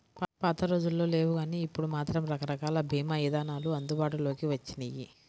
పాతరోజుల్లో లేవుగానీ ఇప్పుడు మాత్రం రకరకాల భీమా ఇదానాలు అందుబాటులోకి వచ్చినియ్యి